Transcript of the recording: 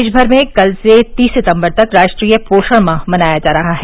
देशभर में कल से तीस सितम्बर तक राष्ट्रीय पोषण माह मनाया जा रहा है